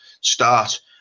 start